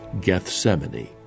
Gethsemane